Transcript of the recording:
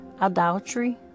adultery